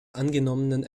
angenommenen